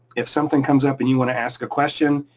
if something comes up and you wanna ask a question